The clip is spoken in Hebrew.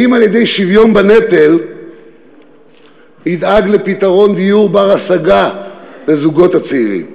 האם על-ידי שוויון בנטל נדאג לפתרון דיור בר-השגה לזוגות הצעירים?